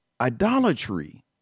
idolatry